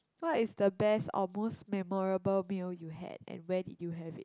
what is the best or most memorable meal you had and where did you have it